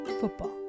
football